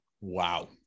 Wow